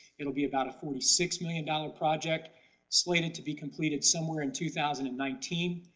it will be about a forty six million dollars project slated to be completed somewhere in two thousand and nineteen.